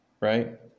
right